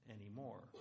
anymore